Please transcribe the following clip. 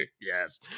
Yes